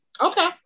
Okay